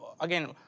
again